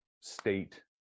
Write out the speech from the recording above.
state